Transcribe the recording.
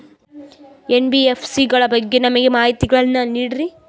NBFC ಗಳ ಬಗ್ಗೆ ನಮಗೆ ಮಾಹಿತಿಗಳನ್ನ ನೀಡ್ರಿ?